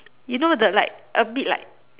you know the like a bit like